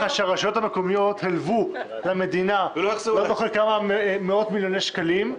הרשויות המקומיות הלוו למדינה לא זוכר כמה מאות מיליוני שקלים,